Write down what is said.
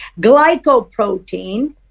Glycoprotein